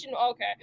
okay